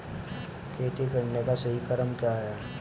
खेती करने का सही क्रम क्या है?